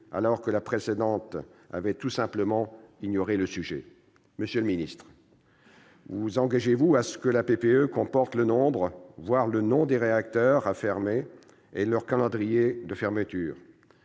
alors que la précédente avait tout simplement ignoré le sujet. Monsieur le ministre d'État, vous engagez-vous à ce que la PPE comporte le nombre, voire le nom des réacteurs à fermer et leur calendrier de fermeture ?